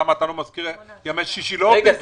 למה, בימי שישי לא עובדים?